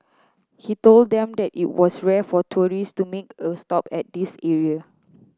he told them that it was rare for tourist to make a stop at this area